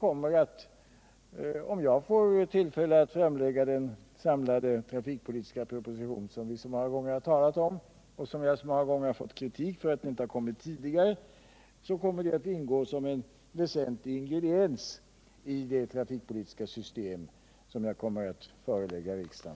Om jag får tillfälle att framlägga den samlade trafikpolitiska proposition, som vi så många gånger talat om och som jag så många gånger fått kritik för eftersom den inte kommit tidigare, kommer detta att ingå som en väsentlig ingrediens i det trafikpolitiska system som jag i så fall kommer att föreslå riksdagen.